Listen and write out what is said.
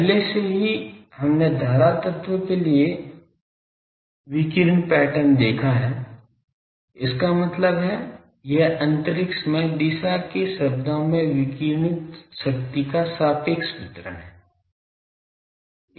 पहले से ही हमने धारा तत्व के लिए विकिरण पैटर्न देखा है इसका मतलब है यह अंतरिक्ष में दिशा के शब्दों में विकिरणित शक्ति का सापेक्ष वितरण है